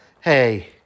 hey